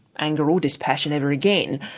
anger or dispassion ever again.